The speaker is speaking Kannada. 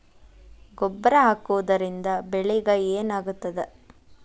ಗೊಬ್ಬರ ಹಾಕುವುದರಿಂದ ಬೆಳಿಗ ಏನಾಗ್ತದ?